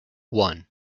one